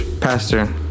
pastor